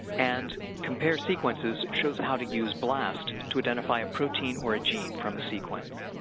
and compare sequences shows how to use blast to identify a protein or a gene from a sequence.